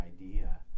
idea